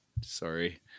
sorry